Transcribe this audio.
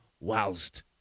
whilst